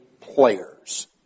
players